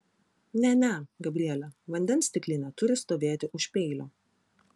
ne ne gabriele vandens stiklinė turi stovėti už peilio